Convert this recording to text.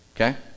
okay